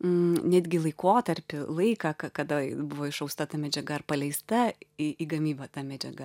netgi laikotarpiu laiką ka kada buvo išausta ta medžiaga ar paleista į į gamybą ta medžiaga